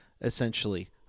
essentially